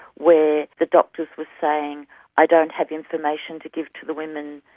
where the doctors were saying i don't have information to give to the women,